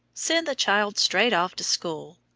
send the child straight off to school.